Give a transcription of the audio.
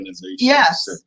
Yes